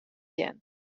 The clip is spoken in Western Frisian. sjen